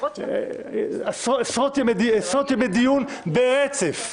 עשרות ימי דיון ברצף,